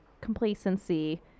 complacency